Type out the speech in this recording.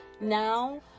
Now